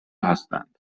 هستند